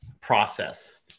process